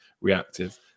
reactive